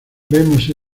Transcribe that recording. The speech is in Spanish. vemos